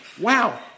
Wow